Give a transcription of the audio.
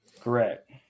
Correct